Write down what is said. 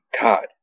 God